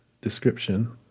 description